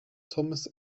thomas